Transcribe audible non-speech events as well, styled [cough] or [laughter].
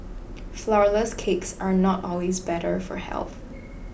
[noise] Flourless Cakes are not always better for health